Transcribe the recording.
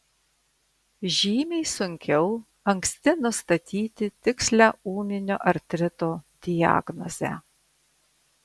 žymiai sunkiau anksti nustatyti tikslią ūminio artrito diagnozę